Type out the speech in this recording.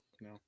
no